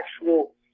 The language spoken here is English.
actual